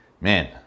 man